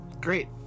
Great